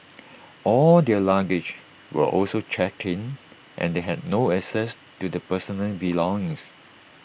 all their luggage were also checked in and they had no access to their personal belongings